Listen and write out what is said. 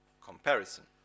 comparison